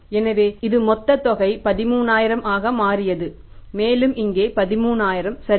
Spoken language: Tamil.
எனவே இது மொத்த தொகை 13000 ஆக மாறியது மேலும் இங்கே 13000 சரியா